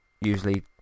usually